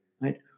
right